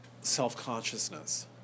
self-consciousness